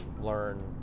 Learn